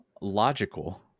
logical